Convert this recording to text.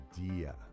idea